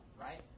right